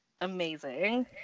amazing